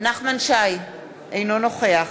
אינו נוכח